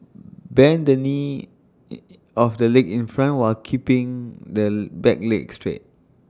bend the knee of the leg in front while keeping the back leg straight